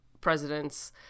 presidents